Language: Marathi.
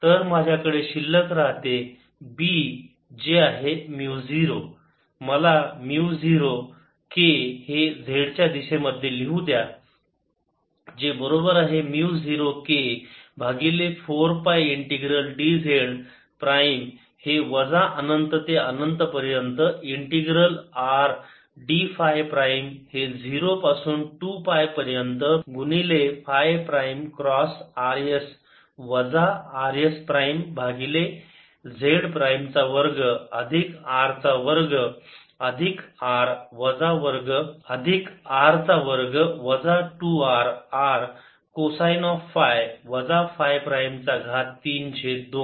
तर माझ्याकडे शिल्लक राहते B जे आहे mu 0 0kz 0k4π ∞dz02πRdϕϕ×rs Rsz2R2r2 2rRcosϕ 32 मला म्यु 0 k हे z च्या दिशेमध्ये लिहू द्या जे बरोबर आहे म्यु 0 k भागिले 4 पाय इंटिग्रल dz प्राईम हे वजा अनंत ते अनंत पर्यंत integral R d phi prime हे 0 पासून 2 पाय पर्यंत गुणिले phi prime cross r s वजा R s प्राईम भागिले z प्राईम चा वर्ग अधिक R चा वर्ग अधिक r चा वर्ग वजा 2 R r cosine of phi वजा फाय प्राईम चा घात 3 छेद 2